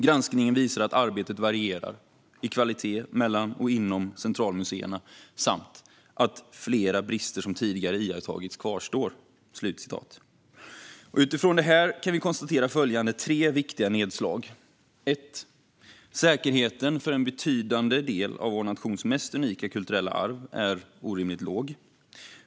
Granskningen visar att arbetet varierar i kvalitet mellan och inom centralmuseerna samt att flera brister som tidigare iakttagits kvarstår." Utifrån det här kan vi göra följande tre viktiga konstateranden: För det första är säkerheten för en betydande del av vår nations mest unika kulturella arv orimligt låg.